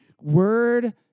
word